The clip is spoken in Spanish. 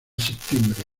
septiembre